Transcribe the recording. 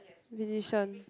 musician